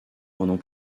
pendant